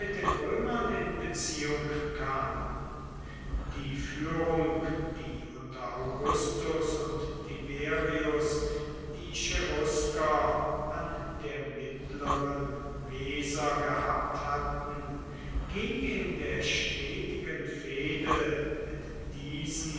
den römern in beziehung kamen die führung die unter augustur und tiberius die cherusker an der mittleren weser gehabt hatten ging in der stetigen fehde mit diesen